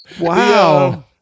Wow